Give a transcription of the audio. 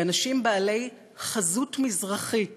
לאנשים בעלי "חזות מזרחית",